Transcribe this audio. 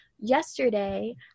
yesterday